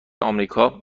آمریکا